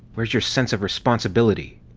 where's your sense of responsibility?